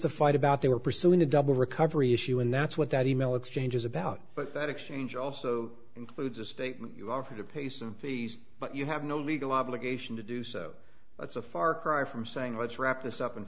to fight about they were pursuing a double recovery issue and that's what that e mail exchange is about but that exchange also includes a statement you offer to pay some fees but you have no legal obligation to do so that's a far cry from saying let's wrap this up